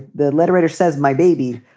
the letter writer says, my baby.